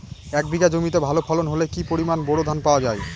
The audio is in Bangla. এক বিঘা জমিতে ভালো ফলন হলে কি পরিমাণ বোরো ধান পাওয়া যায়?